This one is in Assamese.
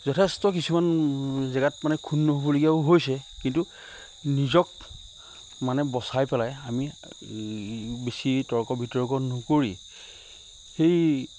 যথেষ্ট কিছুমান জেগাত মানে ক্ষুণ্ণ হ'বলগীয়াও হৈছে কিন্তু নিজক মানে বচাই পেলাই আমি বেছি তৰ্ক বিতৰ্ক নকৰি সেই